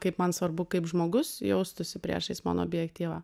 kaip man svarbu kaip žmogus jaustųsi priešais mano objektyvą